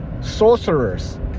sorcerers